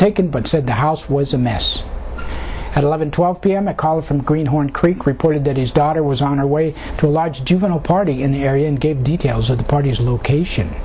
taken but said the house was a mess at eleven twelve p m a caller from green horn creek reported that his daughter was on her way to a large juvenile party in the area and gave details of the party's location